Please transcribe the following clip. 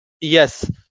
yes